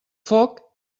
foc